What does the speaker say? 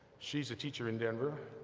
she a teacher in denver.